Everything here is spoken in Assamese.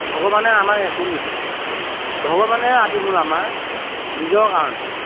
ভগৱানে আমাক একো নিদিয়ে ভগৱানেই আদিমূল আমাৰ নিজৰ কাৰণে